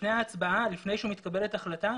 לפני ההצבעה, לפני שמתקבלת החלטה,